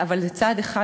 אבל זה צעד אחד.